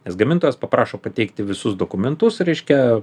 nes gamintojas paprašo pateikti visus dokumentus reiškia